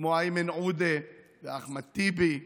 איזה אאודי 8 לחליפי.